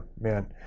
man